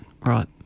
Right